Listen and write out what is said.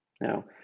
Now